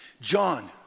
John